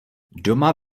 doma